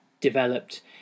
developed